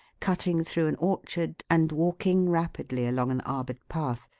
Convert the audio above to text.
cutting through an orchard, and walking rapidly along an arboured path,